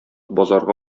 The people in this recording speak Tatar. базарга